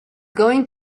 going